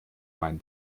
meinen